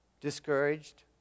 discouraged